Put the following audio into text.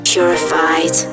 Purified